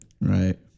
right